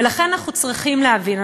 ולכן אנחנו צריכים להבין,